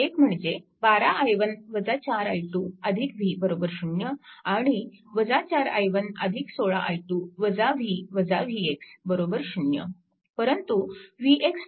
एक म्हणजे 12 i1 4 i2 v 0 आणि 4 i1 16 i2 v vx 0 परंतु vx 2 i1